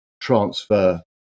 transfer